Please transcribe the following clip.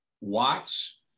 watch